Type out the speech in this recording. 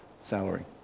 salary